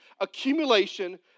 accumulation